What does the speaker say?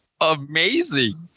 amazing